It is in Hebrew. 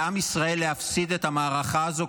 לעם ישראל להפסיד במערכה הזו,